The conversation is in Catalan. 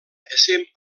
essent